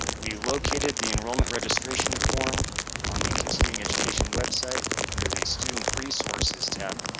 we located the enrollment registration form on the continuing education website under the student resources tab